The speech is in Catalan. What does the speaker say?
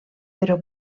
però